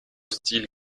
style